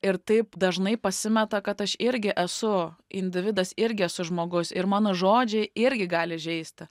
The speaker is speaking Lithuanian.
ir taip dažnai pasimeta kad aš irgi esu individas irgi esu žmogus ir mano žodžiai irgi gali žeisti